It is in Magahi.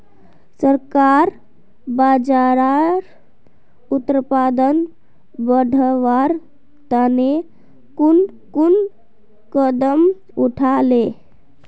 सरकार बाजरार उत्पादन बढ़वार तने कुन कुन कदम उठा ले